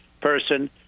person